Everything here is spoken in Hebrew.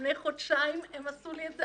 לפני חודשיים הם עשו לי את זה